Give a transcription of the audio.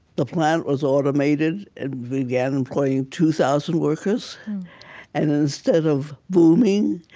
the plant was automated and began employing two thousand workers and instead of booming,